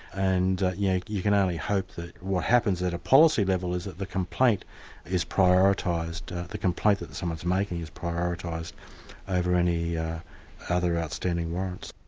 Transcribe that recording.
and yeah you can only hope that what happens at a policy level is that the complaint is prioritised, the complaint that someone's making is prioritised over any other outstanding warrants.